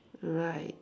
right